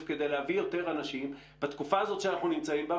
כדי להביא יותר אנשים בתקופה הזאת שאנחנו נמצאים בה?